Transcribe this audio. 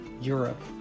Europe